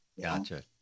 Gotcha